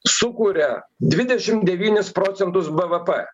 sukuria dvidešim devynis procentus bvp